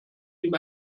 ihm